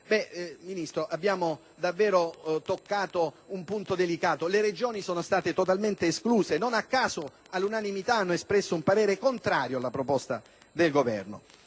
sostenendo)? Abbiamo davvero toccato un punto delicato, perché le Regioni sono state totalmente escluse e, non a caso, all'unanimità esse hanno espresso un parere contrario alla proposta del Governo.